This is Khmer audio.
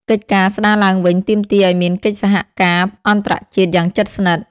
កិច្ចការស្ដារឡើងវិញទាមទារឱ្យមានកិច្ចសហការអន្តរជាតិយ៉ាងជិតស្និទ្ធ។